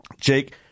Jake